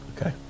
Okay